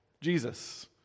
Jesus